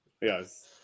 Yes